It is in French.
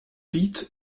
pete